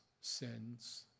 sins